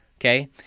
Okay